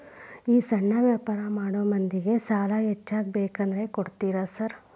ಈ ಸಣ್ಣ ವ್ಯಾಪಾರ ಮಾಡೋ ಮಂದಿಗೆ ಸಾಲ ಹೆಚ್ಚಿಗಿ ಬೇಕಂದ್ರ ಕೊಡ್ತೇರಾ ಸಾರ್?